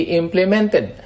implemented